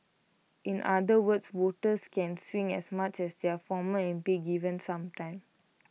in other words voters can swing as much as their former M P given some time